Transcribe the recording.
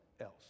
else